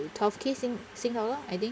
twelve K sing sing dollar I think